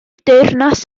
deyrnas